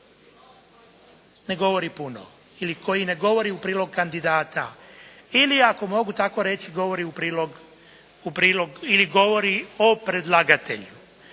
ne govori puno. Ili koji ne govori u prilog kandidata. Ili ako mogu tako reći govori u prilog, u prilog, ili govori o predlagatelju.